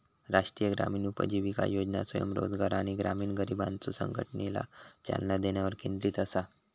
राष्ट्रीय ग्रामीण उपजीविका योजना स्वयंरोजगार आणि ग्रामीण गरिबांच्यो संघटनेला चालना देण्यावर केंद्रित असा